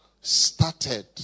started